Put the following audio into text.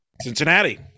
Cincinnati